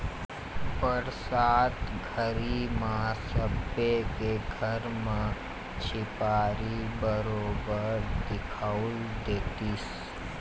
बरसात घरी म सबे के घर म झिपारी बरोबर दिखउल देतिस